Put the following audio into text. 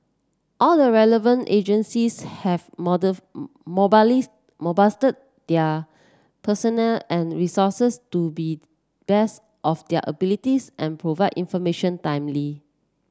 all the relevant agencies have their personnel and resources to be best of their abilities and provided information timely